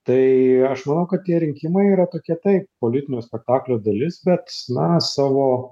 tai aš manau kad tie rinkimai yra tokie taip politinio spektaklio dalis bet na savo